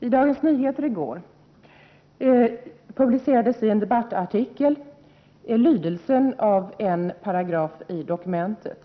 I en debattartikel i Dagens Nyheter i går publicerades lydelsen av en paragraf i dokumentet.